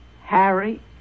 Harry